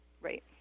Right